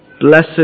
blessed